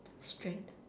strength